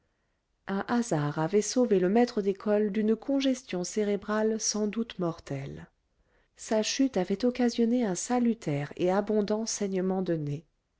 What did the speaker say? un hasard avait sauvé le maître d'école d'une congestion cérébrale sans doute mortelle sa chute avait occasionné un salutaire et abondant saignement de nez